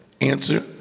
answer